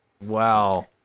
Wow